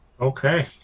Okay